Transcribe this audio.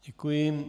Děkuji.